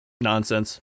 nonsense